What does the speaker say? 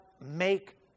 make